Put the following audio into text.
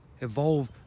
evolve